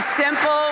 simple